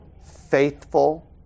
faithful